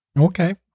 Okay